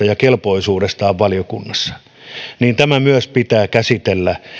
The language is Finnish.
ja kelpoisuudestaan valiokunnassa tämä myös pitää käsitellä